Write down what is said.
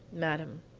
madame,